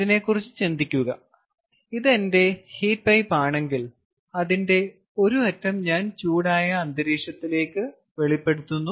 ഇതിനെക്കുറിച്ച് ചിന്തിക്കുക ഇത് എന്റെ ഹീറ്റ് പൈപ്പാണെങ്കിൽ അതിന്റെ ഒരു അറ്റം ഞാൻ ചൂടായ അന്തരീക്ഷത്തിലേക്ക് വെളിപ്പെടുത്തുന്നു